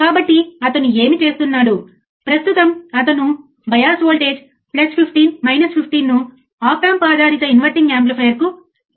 కాబట్టి మీ ప్రయోగశాలకు వెళ్లడానికి ప్రయత్నించండి లేదా మీరు మీ స్నేహితుడి ప్రయోగశాలను ఉపయోగించవచ్చు